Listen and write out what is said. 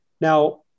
Now